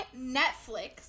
Netflix